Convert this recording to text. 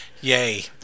Yay